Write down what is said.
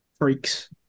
freaks